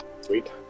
Sweet